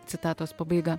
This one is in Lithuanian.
citatos pabaiga